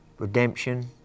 Redemption